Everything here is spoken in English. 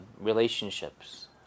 relationships